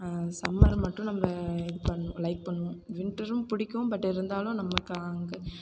summer மட்டும் நம்ம இது பண்ணுவோம் லைக் பண்ணுவோம் வின்டரும் பிடிக்கும் பட் இருந்தாலும் நமக்கு அங்கே